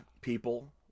people